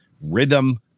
rhythm